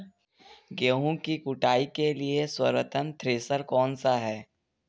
गेहूँ की कुटाई के लिए सर्वोत्तम थ्रेसर कौनसा है?